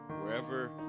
wherever